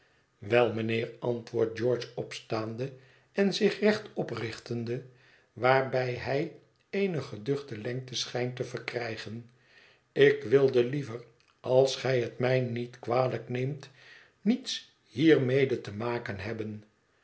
wel mijnheer antwoordt george opstaande en zich recht oprichtende waarbij bij eene geduchte lengte schijnt te verkrijgen ik wilde liever als gij het mij niet kwalijk neemt niets hiermee te maken hebben